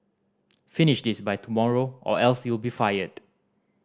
finish this by tomorrow or else you'll be fired